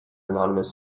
anonymous